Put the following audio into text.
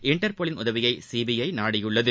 இன்டர்போலின் உதவியை சிபிஐ நாடியுள்ளது